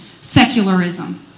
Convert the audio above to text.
secularism